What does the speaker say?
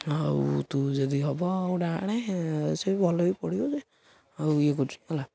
ଆଉ ତୁ ଯଦି ହବ ଆଉ ଗୋଟା ଆଣେ ସେ ବି ଭଲ ବି ପଡ଼ିବ ଯେ ଆଉ ଇଏ କରୁଛି ହେଲା